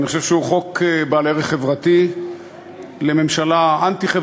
אני חושב שהוא חוק בעל ערך חברתי של ממשלה אנטי-חברתית.